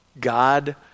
God